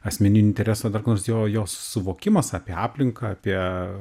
asmeninio intereso dar ko nors jo jo suvokimas apie aplinką apie